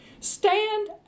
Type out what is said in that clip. Stand